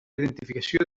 identificació